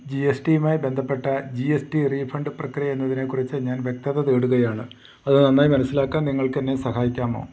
G S ടിയുമായി ബന്ധപ്പെട്ട G S T refund പ്രക്രിയ എന്നതിനെക്കുറിച്ച് ഞാൻ വ്യക്തത തേടുകയാണ് അത് നന്നായി മനസ്സിലാക്കാൻ നിങ്ങൾക്ക് എന്നെ സഹായിക്കാമോ